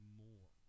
more